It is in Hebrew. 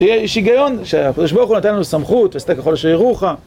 יש היגיון שהקדוש ברוך הוא נתן לנו סמכות, "עשה ככל שיורוך"